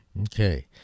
okay